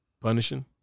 Punishing